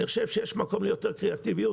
אני חושב שיש מקום ליותר קריאטיביות